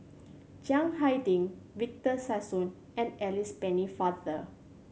Chiang Hai Ding Victor Sassoon and Alice Pennefather